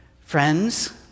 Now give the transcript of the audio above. friends